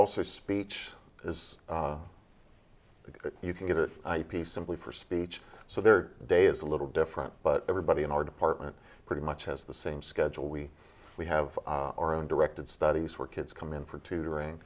also speech is a good you can get it ip simply for speech so their day is a little different but everybody in our department pretty much has the same schedule we we have our own directed studies where kids come in for tutoring